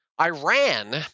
Iran